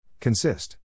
Consist